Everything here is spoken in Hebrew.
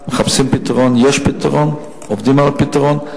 מחפשים פתרון, יש פתרון, עובדים על הפתרון.